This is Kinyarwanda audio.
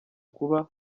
kuba